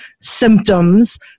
symptoms